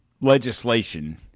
Legislation